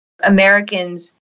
Americans